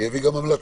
אביא גם המלצות.